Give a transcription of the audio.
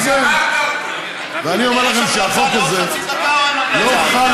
ביטן, יש המלצה לעוד חצי דקה, או אין